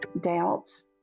doubts